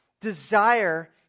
desire